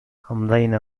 أمضينا